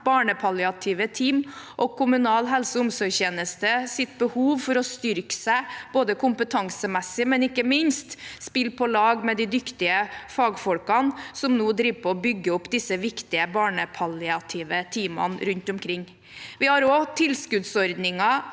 barnepalliative team og kommunal helse- og omsorgstjenestes behov for å styrke seg kompetansemessig og ikke minst spille på lag med de dyktige fagfolkene som nå bygger opp disse viktige barnepalliative teamene rundt omkring. Vi har også tilskuddsordninger